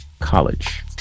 College